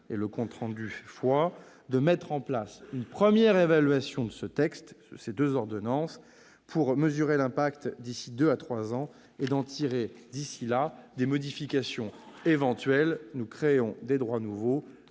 le compte rendu fait foi, à mettre en place une première évaluation de ces deux ordonnances, afin d'en mesurer l'impact d'ici deux à trois ans et d'en tirer des modifications éventuelles. Nous créons des droits nouveaux.